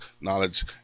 knowledge